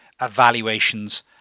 evaluations